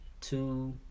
two